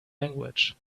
language